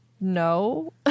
No